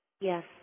Yes